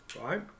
right